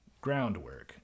groundwork